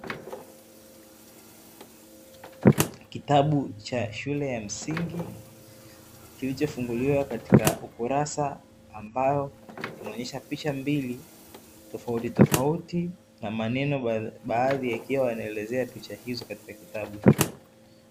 Kitabu cha shule ya msingi kilichofunguliwa katika ukurasa, ambao unaonyesha picha mbili tofautitofauti na maneno baadhi yakiwa yanaelezea picha hizo katika kitabu hicho.